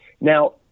Now